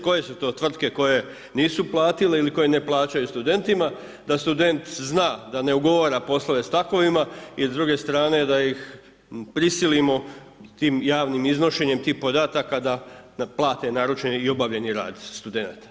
Koje su to tvrtke koje nisu platile ili koje ne plaćaju studentima, da student zna, da ne ugovora poslove sa takvima i s druge strane da ih prisilimo tim javnim iznošenjem tih podataka da plate naručeni i obavljeni rad studenata?